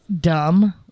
dumb